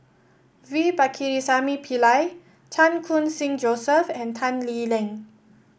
V Pakirisamy Pillai Chan Khun Sing Joseph and Tan Lee Leng